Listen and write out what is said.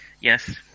Yes